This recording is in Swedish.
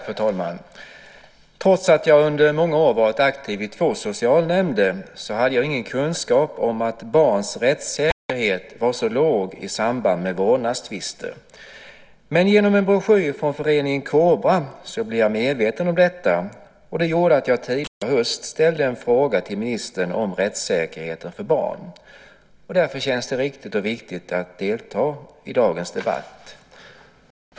Fru talman! Trots att jag i många år varit aktiv i två socialnämnder hade jag ingen kunskap om att barns rättssäkerhet i samband med vårdnadstvister var så låg. Genom en broschyr från föreningen Kobra blev jag medveten om detta och det gjorde att jag tidigare i höst ställde en fråga till ministern om rättssäkerheten för barn. Därför känns det riktigt och viktigt att delta i dagens debatt.